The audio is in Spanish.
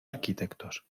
arquitectos